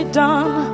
done